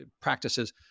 practices